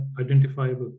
identifiable